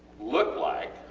look like